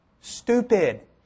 Stupid